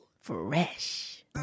Fresh